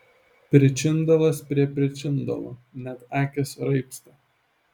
pričindalas prie pričindalo net akys raibsta